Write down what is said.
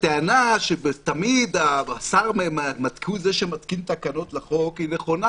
הטענה שתמיד השר הוא זה שמתקין תקנות לחוק היא נכונה,